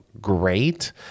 great